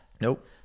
Nope